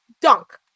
dunk